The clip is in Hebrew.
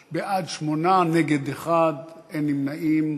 בעד, 8, נגד 1, אין נמנעים.